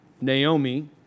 Naomi